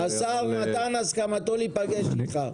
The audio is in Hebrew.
השר נתן הסכמתו להיפגש איתך.